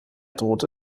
drohte